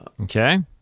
Okay